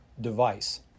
device